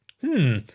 Hmm